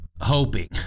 hoping